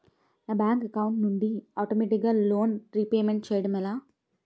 నా bank account నుండి ఆటోమేటిగ్గా లోన్ రీపేమెంట్ చేయడం ఎలా?